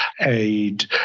aid